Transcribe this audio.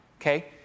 okay